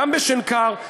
גם בשנקר,